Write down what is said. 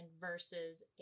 versus